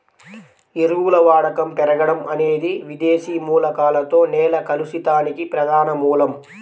ఎరువుల వాడకం పెరగడం అనేది విదేశీ మూలకాలతో నేల కలుషితానికి ప్రధాన మూలం